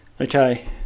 Okay